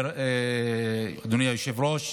אדוני היושב-ראש,